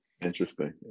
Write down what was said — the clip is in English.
Interesting